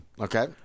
Okay